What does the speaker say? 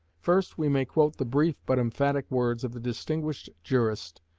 first we may quote the brief but emphatic words of the distinguished jurist,